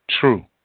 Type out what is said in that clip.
true